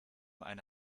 eine